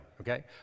okay